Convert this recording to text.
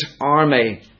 army